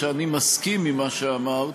שאני מסכים עם מה שאמרת,